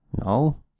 No